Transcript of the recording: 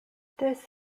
this